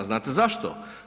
Znate zašto?